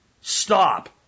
stop